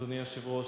אדוני היושב-ראש,